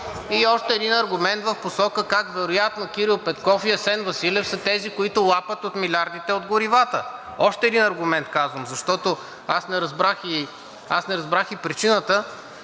И още един аргумент в посока как вероятно Кирил Петков и Асен Василев са тези, които лапат от милиардите от горивата. Още един аргумент казвам. Защото аз не разбрах и причината